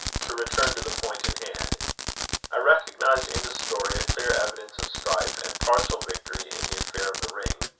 to return to the point in hand i recognise in the story a clear evidence of strife and partial victory in the affair of the ring.